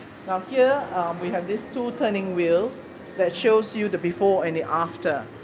so here we have these two turning wheels that shows you the before and the after.